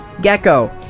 Gecko